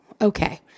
okay